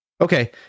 okay